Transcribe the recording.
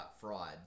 fraud